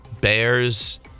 Bears